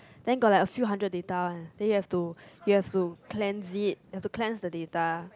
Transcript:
then got like a few hundred data one then you have you have to plan it have to plan the data